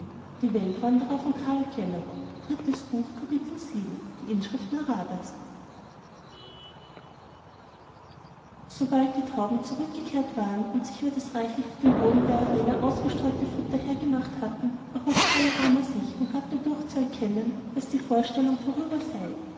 die inschrift naradas sobald die tauben zurückgekehrt waren und sich über das reichlich auf dem boden der arena ausgestreute futter hergemacht hatten erhob kala rama sich und gab dadurch zu erkennen daß die vorstellung vorüber sei